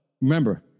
remember